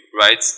Right